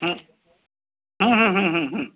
हं हं हं हं हं हं